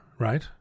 Right